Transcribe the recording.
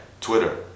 Twitter